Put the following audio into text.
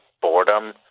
boredom